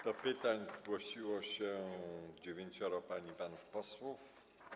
Do pytań zgłosiło się dziewięcioro pań i panów posłów.